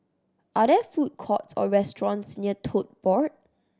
are there food courts or restaurants near Tote Board